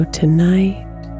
tonight